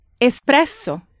Espresso